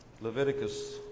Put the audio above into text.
Leviticus